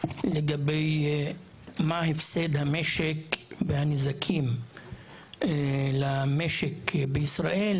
לגבי מה הפסד המשק והנזקים למשק בישראל